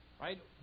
Right